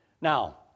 Now